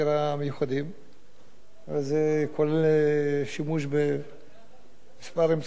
זה כולל שימוש בכמה אמצעים לא שגרתיים כדי לחקור את העניין,